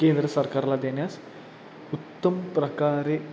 केंद्र सरकारला देण्यास उत्तम प्रकारे